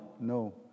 No